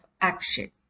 action